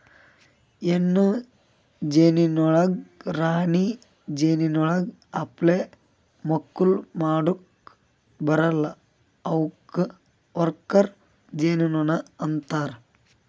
ಹೆಣ್ಣು ಜೇನುನೊಣಗೊಳ್ ರಾಣಿ ಜೇನುನೊಣಗೊಳ್ ಅಪ್ಲೆ ಮಕ್ಕುಲ್ ಮಾಡುಕ್ ಬರಲ್ಲಾ ಅವುಕ್ ವರ್ಕರ್ ಜೇನುನೊಣ ಅಂತಾರ